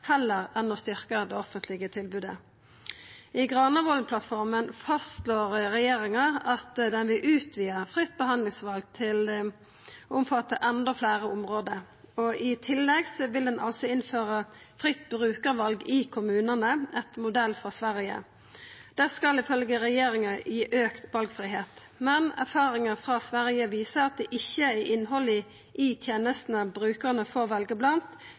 heller enn å styrkja det offentlege tilbodet. I Granavolden-plattforma fastslår regjeringa at dei vil utvida fritt behandlingsval til å omfatta enda fleire område. I tillegg vil ein innføra fritt brukarval i kommunane etter modell frå Sverige. Det skal ifølgje regjeringa gi større valfridom, men erfaringar frå Sverige viser at det ikkje er innhaldet i tenestene brukarane får velje blant,